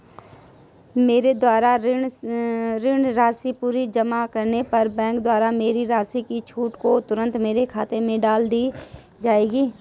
मेरे द्वारा ऋण राशि पूरी जमा करने पर बैंक द्वारा मेरी राशि की छूट को तुरन्त मेरे खाते में डाल दी जायेगी?